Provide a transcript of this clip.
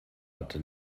hatte